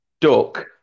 duck